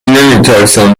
نمیترسم